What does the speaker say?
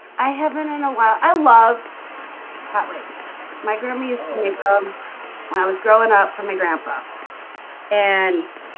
i haven't in a while, i love hot wings my grandma used to make um when i was growing up from a grandpa and